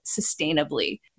sustainably